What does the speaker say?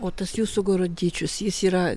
o tas jūsų gorodničius jis yra